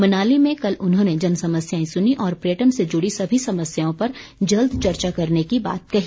मनाली में कल उन्होंने जन समस्याएं सुनीं और पर्यटन से जुड़ी सभी समस्याओं पर जल्द चर्चा करने की बात कही